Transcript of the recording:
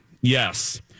Yes